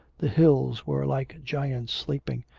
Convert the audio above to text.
the hills were like giants sleeping,